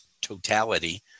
totality